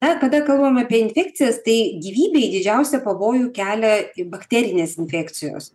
na kada kalbam apie infekcijas tai gyvybei didžiausią pavojų kelia tik bakterinės infekcijos